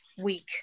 week